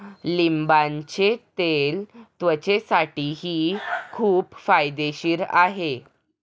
लिंबाचे तेल त्वचेसाठीही खूप फायदेशीर आहे